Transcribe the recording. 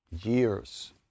years